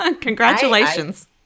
Congratulations